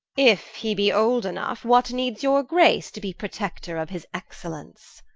if he be old enough, what needs your grace to be protector of his excellence?